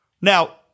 Now